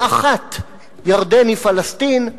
באחת ירדן היא פלסטין,